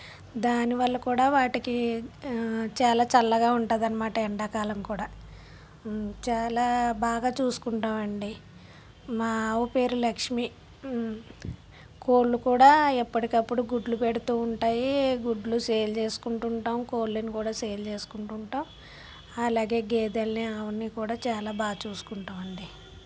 దాని వల్ల కూడా వాటికి చాలా చల్లగా ఉంటుంది అనమాట ఎండాకాలం కూడా చాలా బాగా చూసుకుంటాం అండి మా ఆవు పేరు లక్ష్మి కోళ్ళు కూడా ఎప్పటికప్పుడు గుడ్లు పెడుతూ ఉంటాయి గుడ్లు సేల్ చేసుకుంటూ ఉంటాం కోళ్ళను కూడా సేల్ చేసుకుంటూ ఉంటాం అలాగే గేదెల్ని ఆవులని కూడా చాలా బాగా చూసుకుంటామండి